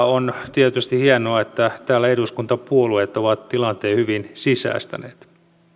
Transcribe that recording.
on tietysti hienoa että täällä eduskuntapuolueet ovat tilanteen hyvin sisäistäneet